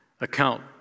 account